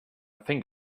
think